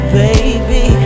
baby